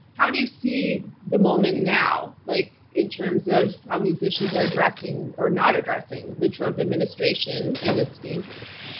how do you see the moment now like in terms of how musicians are addressing, or not addressing, the trump administration and its dangers?